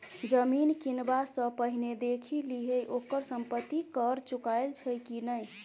जमीन किनबा सँ पहिने देखि लिहें ओकर संपत्ति कर चुकायल छै कि नहि?